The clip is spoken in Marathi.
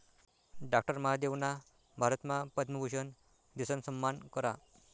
डाक्टर महादेवना भारतमा पद्मभूषन दिसन सम्मान करा